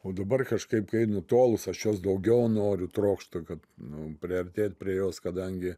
o dabar kažkaip kai nutolus aš jos daugiau noriu trokštu kad nu priartėt prie jos kadangi